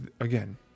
again